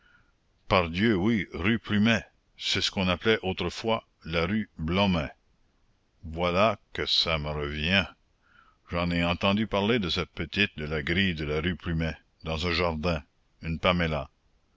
pardieu oui rue plumet c'est ce qu'on appelait autrefois la rue blomet voilà que ça me revient j'en ai entendu parler de cette petite de la grille de la rue plumet dans un jardin une paméla